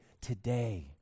Today